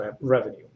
revenue